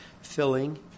filling